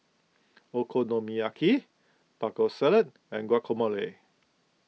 Okonomiyaki Taco Salad and Guacamole